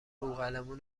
بوقلمون